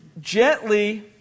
gently